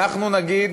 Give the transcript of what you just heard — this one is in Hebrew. אנחנו נגיד